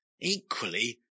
equally